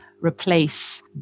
replace